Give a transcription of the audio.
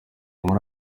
muri